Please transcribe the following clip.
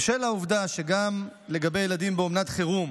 בשל העובדה שגם לגבי ילדים באומנת חירום